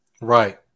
Right